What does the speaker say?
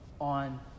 on